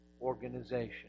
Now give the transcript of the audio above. organization